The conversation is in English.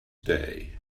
day